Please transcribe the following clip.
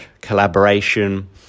collaboration